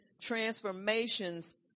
transformations